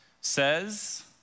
says